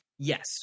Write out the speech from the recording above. Yes